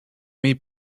may